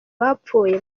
bapfuye